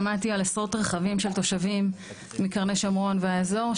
שמעתי על עשרות רכבים של תושבים מקרני שומרון והאזור,